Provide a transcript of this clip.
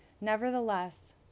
Nevertheless